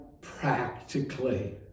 practically